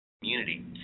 community